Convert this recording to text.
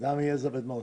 בדם יזע ודמעות.